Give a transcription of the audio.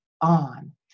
on